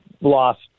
lost